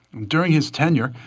during his tenure,